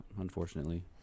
unfortunately